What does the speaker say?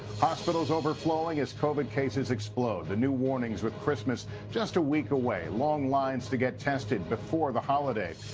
hospitals overflowing as covid cases explode. the new warnings with christmas just a week away long lines to get tested before the holiday.